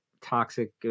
toxic